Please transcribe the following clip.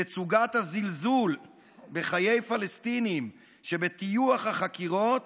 תצוגת הזלזול בחיי פלסטינים שבטיוח החקירות